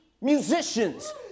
musicians